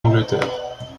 angleterre